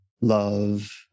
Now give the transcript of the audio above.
love